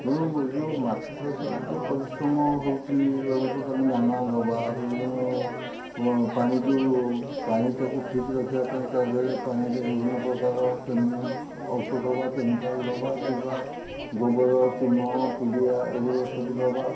ତେଣୁ ଯେଉଁ ମାଛ ଚାଷ ଯେଉଁ ପରିଶ୍ରମ ହେଉଛି ଧରନ୍ତୁ ତାଙ୍କୁ ଦାନା ଦେବା ବିଭିନ୍ନ ପାଣି ଯେଉଁ ପାଣି ତାକୁ ଠିକ୍ ରଖିବା ପାଇଁ ତା' ଦେହରେ ପାଣିରେ ବିଭିନ୍ନ ପ୍ରକାର ଔଷଧ ବା କେମିକାଲ୍ ଦେବା ଯିବା ଗୋବର ଚୂନ ପିଡ଼ିଆ ଏଗୁଡ଼ା ସବୁ ଦେବା